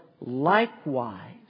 likewise